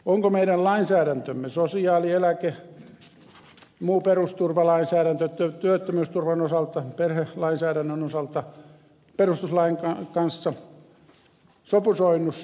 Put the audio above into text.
onko meidän lainsäädäntömme sosiaali eläke muu perusturvalainsäädäntö työttömyysturvan osalta perhelainsäädännön osalta perustuslain kanssa sopusoinnussa